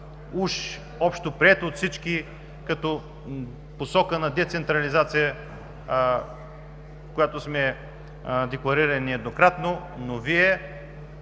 общоприет от всички като посока на децентрализация, която сме декларирали нееднократно, но Вие